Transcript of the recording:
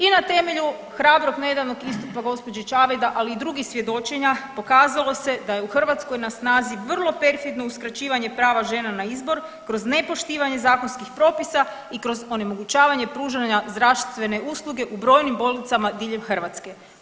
I na temelju hrabrog nedavnog istupa gospođe Čavajda ali i drugih svjedočenja pokazalo se da je u Hrvatskoj na snazi vrlo perfidno uskraćivanje prava žena na izbor kroz nepoštivanje zakonskih propisa i kroz onemogućavanje pružanja zdravstvene usluge u brojnim bolnicama diljem Hrvatske.